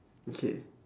okay